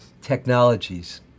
technologies